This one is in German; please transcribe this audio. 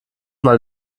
mal